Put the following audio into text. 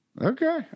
Okay